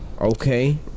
Okay